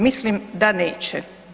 Mislim da neće.